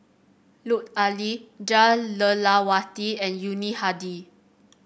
Lut Ali Jah Lelawati and Yuni Hadi